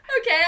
okay